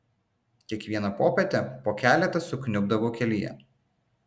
kiekvieną popietę po keletą sukniubdavo kelyje